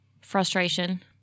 Frustration